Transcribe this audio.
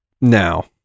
now